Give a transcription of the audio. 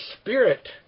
spirit